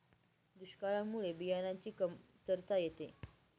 दुष्काळामुळे बियाणांची कमतरता येते